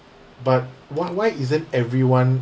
but why why isn't everyone